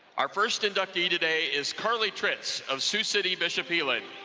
our first inductee today is carlie tritz of sioux city bishop elin.